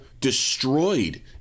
destroyed